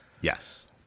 Yes